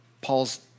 Paul's